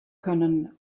können